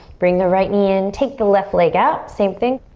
bring the right knee in. take the left leg out. same thing.